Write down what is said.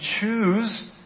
choose